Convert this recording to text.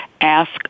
Ask